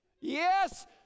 Yes